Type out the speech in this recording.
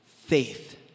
faith